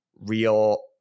real